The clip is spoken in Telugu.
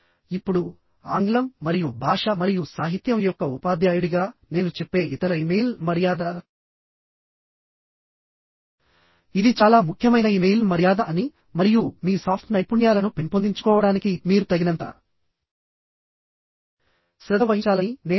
ఇప్పుడుఆంగ్లం మరియు భాష మరియు సాహిత్యం యొక్క ఉపాధ్యాయుడిగా నేను చెప్పే ఇతర ఇమెయిల్ మర్యాద ఇది చాలా ముఖ్యమైన ఇమెయిల్ మర్యాద అని మరియు మీ సాఫ్ట్ నైపుణ్యాలను పెంపొందించుకోవడానికి మీరు తగినంత శ్రద్ధ వహించాలని నేను చెబుతాను